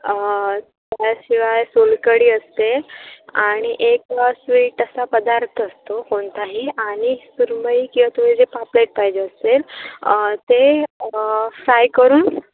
त्याशिवाय सोलकढी असते आणि एक स्वीट असा पदार्थ असतो कोणताही आणि सुरमई किंवा तुम्ही जे पापलेट पाहिजे असेल ते फ्राय करून